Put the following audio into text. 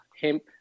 hemp